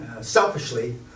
Selfishly